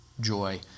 joy